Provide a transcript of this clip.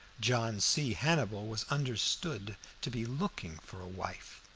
john c. hannibal was understood to be looking for a wife.